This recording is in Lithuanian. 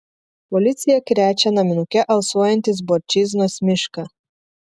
policija krečia naminuke alsuojantį zborčiznos mišką